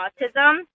autism